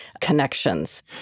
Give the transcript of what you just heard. connections